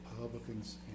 Republicans